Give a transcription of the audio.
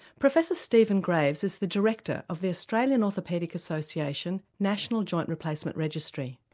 professor stephen graves is the director of the australian orthopaedic association national joint replacement registry.